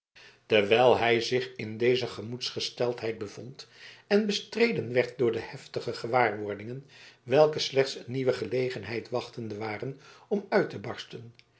terwijl hij zich in deze gemoedsgesteldheid bevond en bestreden werd door de heftige gewaarwordingen welke slechts een nieuwe gelegenheid wachtende waren om uit te barsten